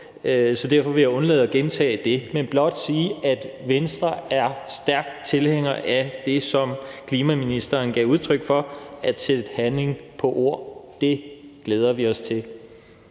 så derfor vil jeg undlade at gentage det, men blot sige, at Venstre er stærke tilhængere af det, som klimaministeren gav udtryk for, nemlig at sætte handling bag ord. Det glæder vi os til.